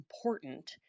important